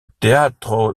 teatro